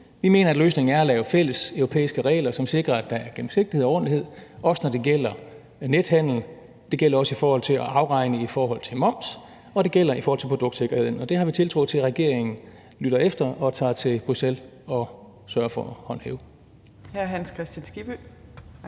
Vi mener, at løsningen er at lave fælleseuropæiske regler, som sikrer, at der er gennemsigtighed og ordentlighed, også når det gælder nethandel. Det gælder også det at afregne i forhold til moms, og det gælder produktsikkerheden. Og det har vi tiltro til at regeringen lytter efter og tager til Bruxelles og sørger for at håndhæve.